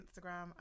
Instagram